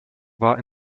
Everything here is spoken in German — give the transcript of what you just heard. war